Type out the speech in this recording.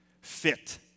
fit